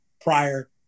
prior